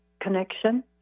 connection